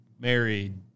married